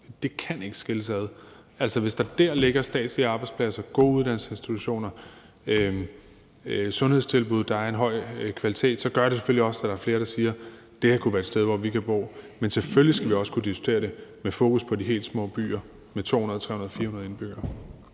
Det kan ikke skilles ad. Altså, hvis der dér ligger statslige arbejdspladser, gode uddannelsesinstitutioner, sundhedstilbud af en høj kvalitet, gør det selvfølgelig også, at der er flere, der siger: Det her kunne være et sted, hvor vi kan bo. Men selvfølgelig skal vi også kunne diskutere det med fokus på de helt små byer med 200, 300, 400 indbyggere.